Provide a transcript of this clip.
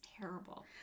terrible